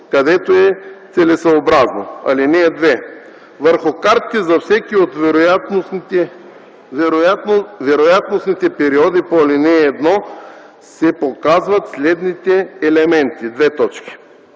където е целесъобразно. (2) Върху картите за всеки от вероятностните периоди по ал. 1 се показват следните елементи: 1.